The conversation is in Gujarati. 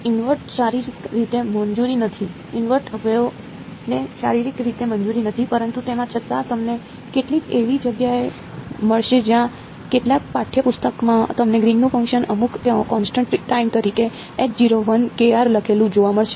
ઇન્વર્ટ શારીરિક રીતે મંજૂરી નથી ઇન્વર્ટ વેવ ને શારીરિક રીતે મંજૂરી નથી પરંતુ તેમ છતાં તમને કેટલીક એવી જગ્યાઓ મળશે જ્યાં કેટલાક પાઠ્ય પુસ્તકોમાં તમને ગ્રીનનું ફંકશન અમુક કોન્સટન્ટ ટાઇમ તરીકે લખેલું જોવા મળશે